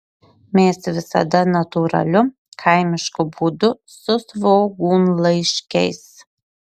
mes visada natūraliu kaimišku būdu su svogūnlaiškiais